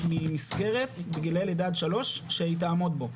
ממסגרת בגילאי לידה עד שלוש שהיא תעמוד בו.